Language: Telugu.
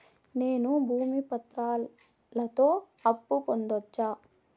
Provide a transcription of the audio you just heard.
నేను భూమి పత్రాలతో అప్పు పొందొచ్చా?